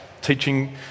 teaching